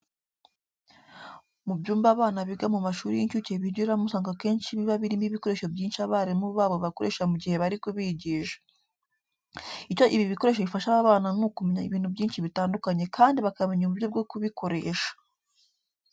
Mu byumba abana biga mu mashuri y'incuke bigiramo usanga akenshi biba birimo ibikoresho byinshi abarimu babo bakoresha mu gihe bari kubigisha. Icyo ibi bikoresho bifasha aba bana ni ukumenya ibintu byinshi bitandukanye kandi bakamenya uburyo bwo kubikoresha.